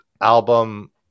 album